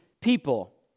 people